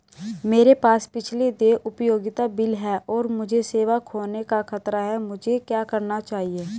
मेरे पास पिछले देय उपयोगिता बिल हैं और मुझे सेवा खोने का खतरा है मुझे क्या करना चाहिए?